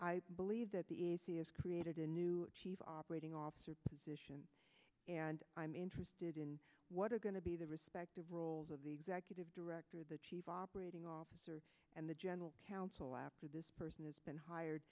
i believe that the a c s created a new chief operating officer and i'm interested in what are going to be the respective roles of the executive director the chief operating officer and the general counsel after this person has been hired